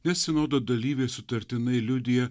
nes sinodo dalyviai sutartinai liudija